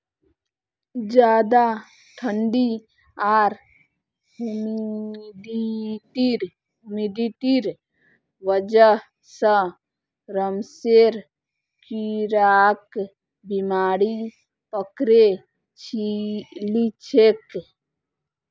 ज्यादा ठंडी आर ह्यूमिडिटीर वजह स रेशमेर कीड़ाक बीमारी पकड़े लिछेक